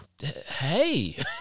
hey